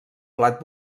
plat